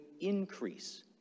increase